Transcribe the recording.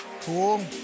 Cool